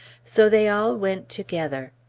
so they all went together.